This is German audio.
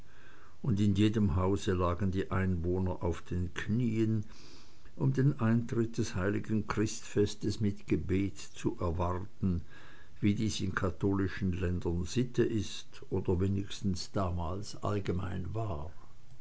und in jedem hause lagen die einwohner auf den knien um den eintritt des heiligen christfestes mit gebet zu erwarten wie dies in katholischen ländern sitte ist oder wenigstens damals allgemein war